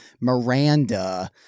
Miranda